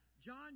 John